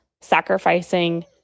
sacrificing